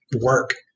work